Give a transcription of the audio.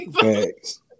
Thanks